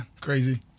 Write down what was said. Crazy